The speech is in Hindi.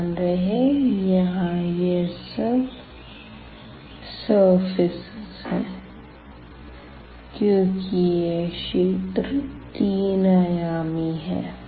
ध्यान रहे यहाँ यह सब सरफेस है क्योंकि यह क्षेत्र तीन आयामी है